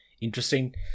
interesting